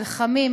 נלחמים,